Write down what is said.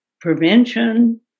prevention